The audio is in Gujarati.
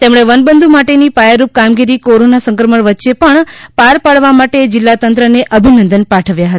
તેમણે વનબંધુ માટેની પાયારૂપ કામગીરી કોરોના સંક્રમણ વચ્ચે પણ પાર પાડવા માટે જિલ્લા તંત્રને અભિનંદન પાઠવ્યા હતા